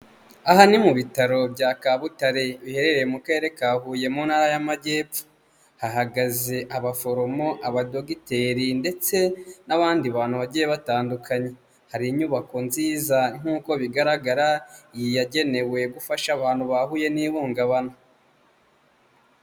Aha ni mu bitaro bya Kabutare biherereye mu karere ka Huye mu ntara y'amajyepfo hahagaze abaforomo, abadogiteri ndetse n'abandi bantu bagiye batandukanye. Hari inyubako nziza nkuko bigaragara iyi yagenewe gufasha abantu bahuye n'ihungabana.